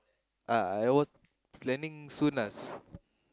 uh I was planning soon ah